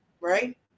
right